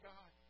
God